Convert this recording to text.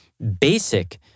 basic